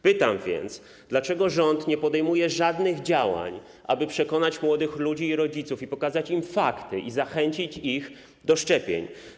Pytam: Dlaczego rząd nie podejmuje żadnych działań, aby przekonać młodych ludzi i rodziców, pokazać im fakty i zachęcić ich do szczepień?